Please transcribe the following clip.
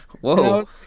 Whoa